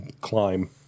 climb